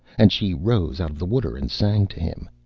and she rose out of the water and sang to him.